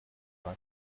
then